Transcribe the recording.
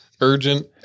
urgent